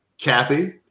Kathy